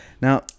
now